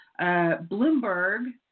Bloomberg